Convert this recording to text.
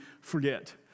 forget